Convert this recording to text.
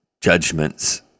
judgments